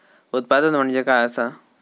उत्पादन म्हणजे काय असा?